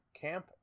camp